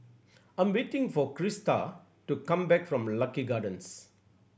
I' m waiting for Crysta to come back from Lucky Gardens